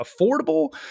affordable